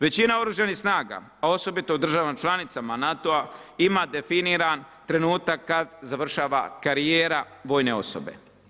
Većina oružanih snaga, a osobito u državama članicama NATO-a ima definiran trenutak kada završava karijera vojne osobe.